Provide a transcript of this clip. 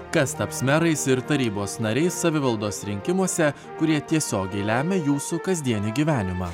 kas taps merais ir tarybos nariais savivaldos rinkimuose kurie tiesiogiai lemia jūsų kasdienį gyvenimą